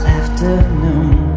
afternoon